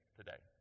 today